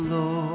Lord